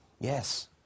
Yes